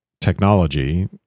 technology